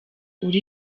uri